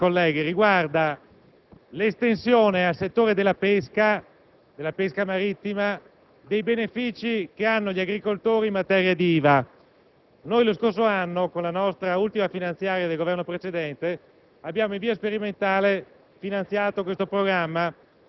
2.34 propone l'estensione al settore della pesca marittima dei benefici degli agricoltori in materia d'IVA.